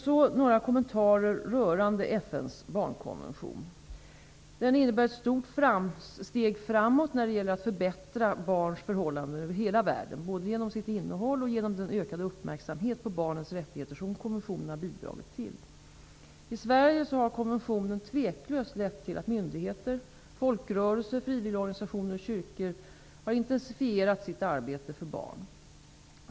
Så några kommentarer rörande FN:s barnkonvention. Konventionen innebär ett stort steg framåt när det gäller att förbättra barns förhållanden över hela världen, både genom sitt innehåll och genom den ökade uppmärksamhet på barnets rättigheter som konventionen bidragit till. I Sverige har konventionen otvivelaktigt lett till att myndigheter, folkrörelser, frivilligorganisationer och kyrkor intensifierat sitt arbete för barn.